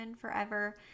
forever